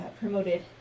promoted